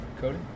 Cody